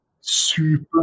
super